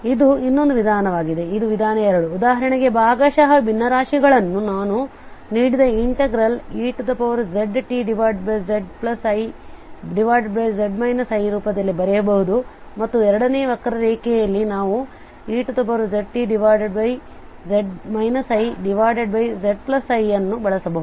ಇದು ಇನ್ನೊಂದು ವಿಧಾನವಾಗಿದೆ ಇದು ವಿಧಾನ 2 ಉದಾಹರಣೆಗೆ ಭಾಗಶಃ ಭಿನ್ನರಾಶಿಗಳನ್ನು ನಾವು ನೀಡಿದ ಇನ್ಟೆಗ್ರಲ್ eztziz i ರೂಪದಲ್ಲಿ ಬರೆಯಬಹುದು ಮತ್ತು ಎರಡನೇ ವಕ್ರರೇಖೆಯಲ್ಲಿ ನಾವು eztz izi ಅನ್ನು ಬಳಸಬಹುದು